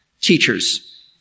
teachers